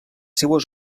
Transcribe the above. seues